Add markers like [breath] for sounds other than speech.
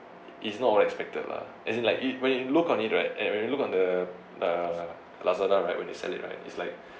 it's not all expected lah as in like it when you look on it right and when you look on the the lazada right where they sell it right is like [breath]